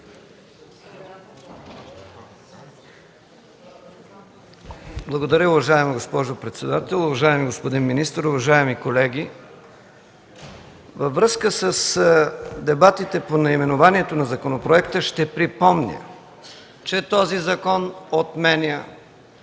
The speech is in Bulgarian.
Благодаря, уважаема госпожо председател. Уважаеми господин министър, уважаеми колеги! Във връзка с дебатите по наименованието на законопроекта ще припомня, че този закон отменя